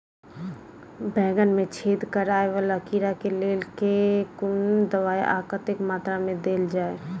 बैंगन मे छेद कराए वला कीड़ा केँ लेल केँ कुन दवाई आ कतेक मात्रा मे देल जाए?